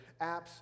apps